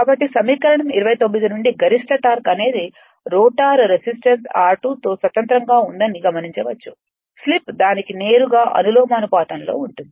కాబట్టి సమీకరణం 29 నుండి గరిష్ట టార్క్ అనేది రోటర్ రెసిస్టెన్స్ r2 తో స్వతంత్రంగా ఉందని గమనించవచ్చు స్లిప్ దానికి నేరుగా అనులోమానుపాతంలో ఉంటుంది